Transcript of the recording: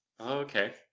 okay